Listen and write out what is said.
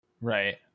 Right